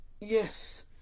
Yes